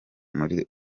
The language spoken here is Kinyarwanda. muri